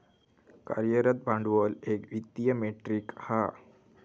कार्यरत भांडवल एक वित्तीय मेट्रीक हा